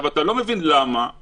אתה לא מבין למה,